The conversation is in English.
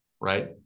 right